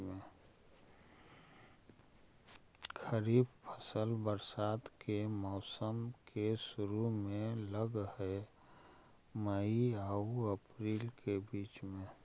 खरीफ फसल बरसात के मौसम के शुरु में लग हे, मई आऊ अपरील के बीच में